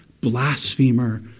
blasphemer